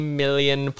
million